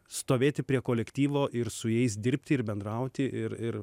stovėti prie kolektyvo ir su jais dirbti ir bendrauti ir ir